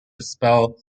spell